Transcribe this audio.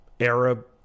Arab